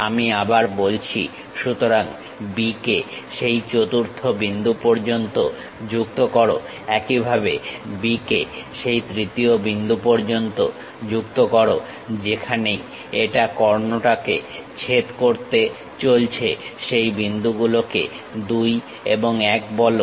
আমি আবার বলছি সুতরাং B কে সেই চতুর্থ বিন্দু পর্যন্ত যুক্ত করো একইভাবে B কে সেই তৃতীয় বিন্দু পর্যন্ত যুক্ত করো যেখানেই এটা কর্ণকে ছেদ করতে চলেছে সেই বিন্দুগুলোকে 2 এবং 1 বলো